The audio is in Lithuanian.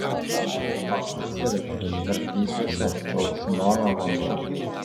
pavasarį tarplysviuose telkšnojo vanduo